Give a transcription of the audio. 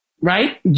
Right